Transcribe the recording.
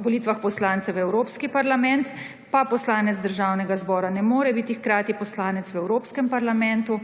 volitvah poslancev v Evropski parlament pa poslanec Državnega zbora ne more biti hkrati poslanec v Evropskem parlamentu